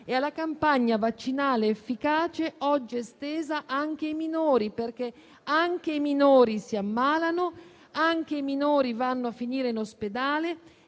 e alla campagna vaccinale efficace, oggi estesa anche ai minori, perché anche i minori si ammalano, anche i minori vanno a finire in ospedale